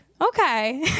okay